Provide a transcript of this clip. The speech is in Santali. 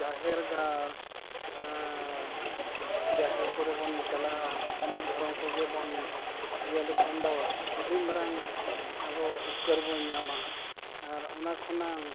ᱡᱟᱦᱮᱨ ᱜᱟᱲ ᱟᱨ ᱡᱟᱦᱮᱨ ᱠᱚᱨᱮ ᱵᱚᱱ ᱪᱟᱞᱟᱜᱼᱟ ᱚᱱᱟ ᱫᱷᱚᱨᱚᱢ ᱠᱚᱜᱮ ᱵᱚᱱ ᱤᱭᱟᱹ ᱞᱮᱠᱷᱟᱱ ᱫᱚ ᱟᱹᱰᱤ ᱢᱟᱨᱟᱝ ᱟᱵᱚ ᱩᱯᱠᱟᱹᱨ ᱵᱚᱱ ᱧᱟᱢᱟ ᱟᱨ ᱚᱱᱟ ᱠᱷᱚᱱᱟᱝ